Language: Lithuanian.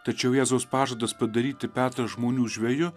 tačiau jėzaus pažadas padaryti petrą žmonių žveju